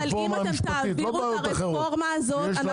אם אתם תעבירו את הרפורמה הזאת,